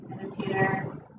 meditator